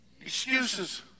Excuses